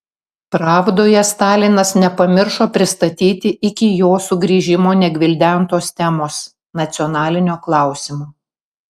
pravdoje stalinas nepamiršo pristatyti iki jo sugrįžimo negvildentos temos nacionalinio klausimo